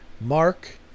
Mark